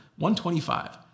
125